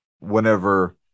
Whenever